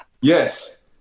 yes